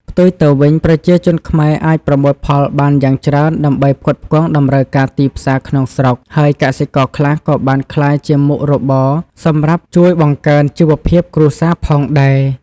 ផ្ទុយទៅវិញ ប្រជាជនខ្មែរអាចប្រមូលផលបានយ៉ាងច្រើនដើម្បីផ្គត់ផ្គង់តម្រូវការទីផ្សារក្នុងស្រុក ហើយកសិករខ្លះក៏បានក្លាយជាមុខរបរសម្រាប់ជួយបង្កើនជីវភាពគ្រួសារផងដែរ។